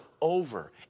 over